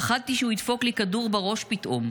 פחדתי שהוא ידפוק לי כדור בראש פתאום.